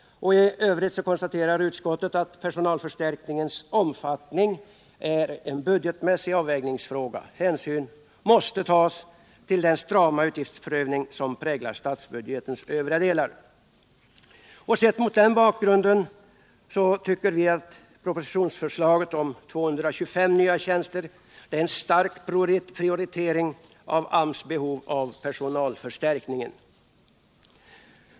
I övrigt konstaterar utskottet att personalförstärkningens omfattning är en budgetmässig avvägningsfråga. Hänsyn måste tas till den strama utgiftsprövning som präglar statsbudgetens övriga delar. Sett mot den bakgrunden tycker vi att propositionsförslaget om 225 nya tjänster är en stark prioritering av AMS:s behov av personalförstärkning.